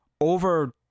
over